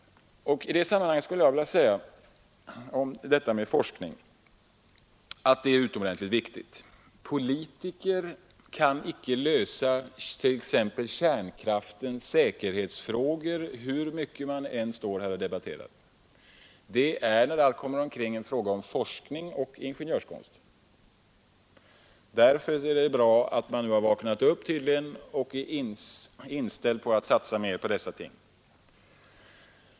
I detta sammanhang vill jag framhålla att forskningen är utomordentligt viktig. Politiker kan icke lösa t.ex. kärnkraftens säkerhetsfrågor hur mycket de än står här och debatterar. Det är när allt kommer omkring en fråga om forskning och ingenjörskonst. Därför är det bra att man nu har vaknat upp och är inställd på att satsa mer på dessa ting.